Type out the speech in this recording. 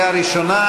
חברי הכנסת, נא לשבת.